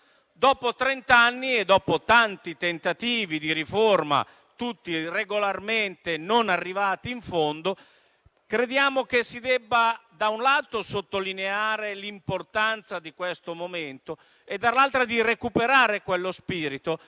Dopo trenta anni e dopo tanti tentativi di riforma, tutti regolarmente non arrivati in fondo, crediamo che si debba - da un lato - sottolineare l'importanza di questo momento e - dall'altro lato - recuperare quello spirito